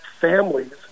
families